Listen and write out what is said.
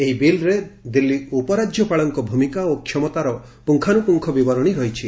ଏହି ବିଲ୍ରେ ଦିଲ୍ଲୀ ଉପରାଜ୍ୟପାଳଙ୍କ ଭୂମିକା ଓ କ୍ଷମତାର ପୁଙ୍ଗାନୁପୁଙ୍ଖ ବିବରଣୀ ରହିଛି